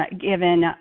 given